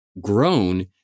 grown